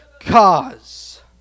cause